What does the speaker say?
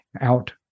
out